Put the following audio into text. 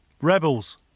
Rebels